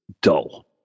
dull